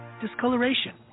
discoloration